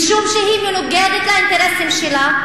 משום שהיא מנוגדת לאינטרסים שלה,